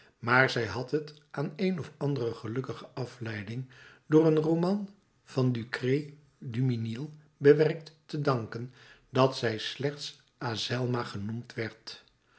maar zij had het aan een of andere gelukkige afleiding door een roman van ducray duminil bewerkt te danken dat zij slechts azelma genoemd werd